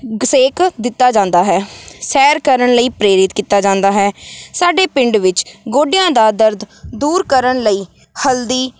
ਸੇਕ ਦਿੱਤਾ ਜਾਂਦਾ ਹੈ ਸੈਰ ਕਰਨ ਲਈ ਪ੍ਰੇਰਿਤ ਕੀਤਾ ਜਾਂਦਾ ਹੈ ਸਾਡੇ ਪਿੰਡ ਵਿੱਚ ਗੋਡਿਆਂ ਦਾ ਦਰਦ ਦੂਰ ਕਰਨ ਲਈ ਹਲਦੀ